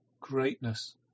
greatness